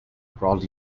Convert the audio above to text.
crawled